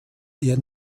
der